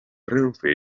renfe